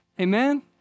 Amen